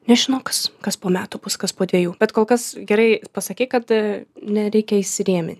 nežinau kas kas po metų bus kas po dviejų bet kol kas gerai pasakei kad nereikia įsirėmin